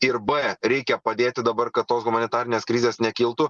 ir b reikia padėti dabar kad humanitarinės krizės nekiltų